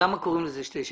למה קוראים לזה בשני שמות?